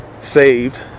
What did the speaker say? saved